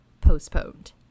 postponed